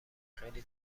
خیلی